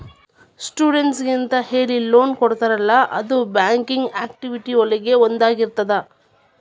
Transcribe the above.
ಸ್ಟೂಡೆಂಟ್ಸಿಗೆಂತ ಹೇಳಿ ಲೋನ್ ಕೊಡ್ತಾರಲ್ಲ ಅದು ಬ್ಯಾಂಕಿಂಗ್ ಆಕ್ಟಿವಿಟಿ ಒಳಗ ಒಂದಾಗಿರ್ತದ